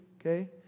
okay